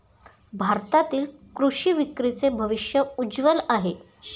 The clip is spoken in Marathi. भारतातील कृषी विक्रीचे भविष्य उज्ज्वल आहे